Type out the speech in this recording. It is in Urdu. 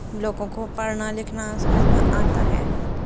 لوگوں کو پڑھنا لکھنا اور سمجھنا آتا ہے